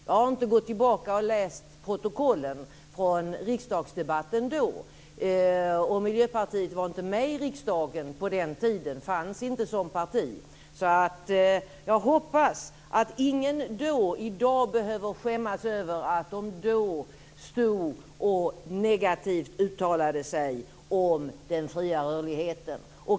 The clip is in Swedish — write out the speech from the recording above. Jag har inte gått tillbaka och läst protokollen från riksdagsdebatten då, och Miljöpartiet var inte med i riksdagen på den tiden, fanns inte som parti. Jag hoppas att ingen i dag behöver skämmas över att de då uttalade sig negativt om den fria rörligheten.